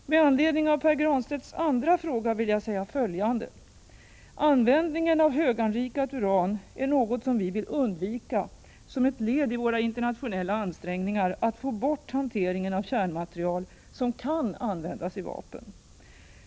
Med anledning av Pär Granstedts andra fråga vill jag säga följande. Användningen av höganrikat uran är något som vi vill undvika som ett led i våra internationella ansträngningar att få bort hanteringen av kärnmaterial som kan användas i vapen.